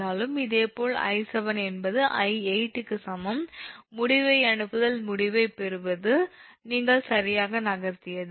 இதேபோல் 𝐼7 என்பது 𝑖8 க்கு சமம் முடிவை அனுப்புதல் முடிவை பெறுவது நீங்கள் சரியாக நகர்த்தியது